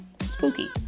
Spooky